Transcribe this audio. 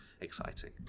exciting